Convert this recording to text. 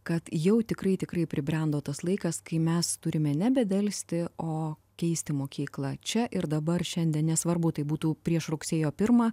kad jau tikrai tikrai pribrendo tas laikas kai mes turime nebedelsti o keisti mokyklą čia ir dabar šiandien nesvarbu tai būtų prieš rugsėjo pirmą